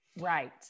Right